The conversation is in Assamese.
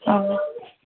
অঁ